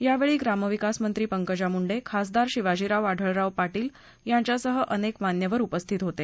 यावेळी ग्रामविकास मंत्री पंकजा मुंडे खासदार शिवाजीराव आढळराव पाटील यांच्यासह अनेक मान्यवर उपस्थित होते